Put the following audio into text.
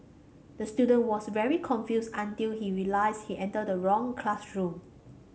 the student was very confused until he realised he entered the wrong classroom